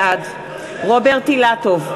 בעד רוברט אילטוב,